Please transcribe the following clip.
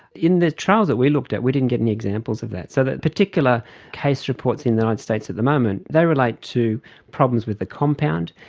in the trials that we looked at, we didn't get any examples of that. so the particular case reports in the united states at the moment, they relate to problems with the compound,